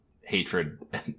hatred